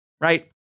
right